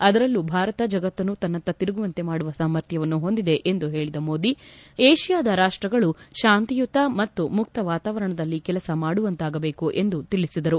ಅದರಲ್ಲೂ ಭಾರತ ಜಗತ್ತನ್ನು ತನ್ನತ್ತ ತಿರುಗುವಂತೆ ಮಾಡುವ ಸಾಮರ್ಥ್ಲವನ್ನು ಹೊಂದಿದೆ ಎಂದು ಹೇಳಿದ ಮೋದಿ ಏಷ್ಟಾದ ರಾಷ್ಪಗಳು ಶಾಂತಿಯುತ ಮತ್ತು ಮುಕ್ತ ವಾತಾವರಣದಲ್ಲಿ ಕೆಲಸ ಮಾಡುವಂತಾಗಬೇಕು ಎಂದು ತಿಳಿಸಿದರು